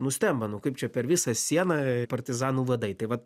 nustemba nu kaip čia per visą sieną partizanų vadai tai vat